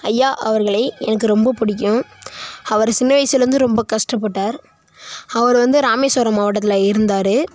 ஐயா அவர்களை எனக்கு ரொம்ப பிடிக்கும் அவர் சின்ன வயிசுலேந்து ரொம்ப கஷ்டப்பட்டார் அவர் வந்து ராமேஸ்வரம் மாவட்டத்தில் இருந்தார்